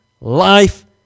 life